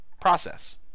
process